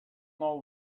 know